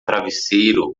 travesseiro